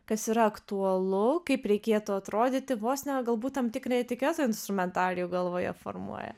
kas yra aktualu kaip reikėtų atrodyti vos ne galbūt tam tikrą etikoto instrumentarijų galvoje formuoja